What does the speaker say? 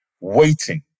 waiting